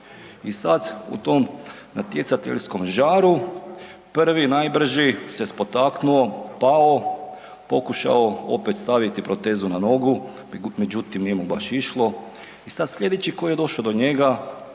i sad u tom natjecateljskom žaru, prvi najbrži se spotaknuo, pao, pokušao opet staviti protezu na nogu međutim nije mu baš išlo. I sad sljedeći koji je došao do njega